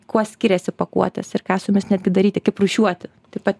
kuo skiriasi pakuotės ir ką su jomis netgi daryti kaip rūšiuoti taip pat